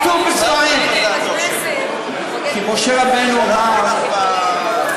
כתוב בספרים, כי משה רבנו וה'